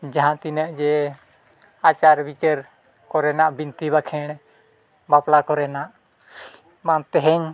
ᱡᱟᱦᱟᱸ ᱛᱤᱱᱟᱹᱜ ᱜᱮ ᱟᱪᱟᱨ ᱵᱤᱪᱟᱹᱨ ᱠᱚᱨᱮᱱᱟᱜ ᱵᱤᱱᱛᱤ ᱵᱟᱠᱷᱮᱲ ᱵᱟᱯᱞᱟ ᱠᱚᱨᱮᱱᱟᱜ ᱵᱟᱝ ᱛᱮᱦᱮᱧ